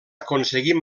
aconseguir